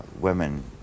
women